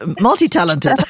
multi-talented